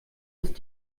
ist